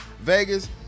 Vegas